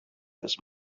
this